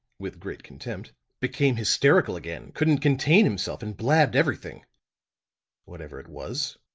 with great contempt, became hysterical again, couldn't contain himself and blabbed everything whatever it was.